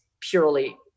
purely